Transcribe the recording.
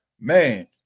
man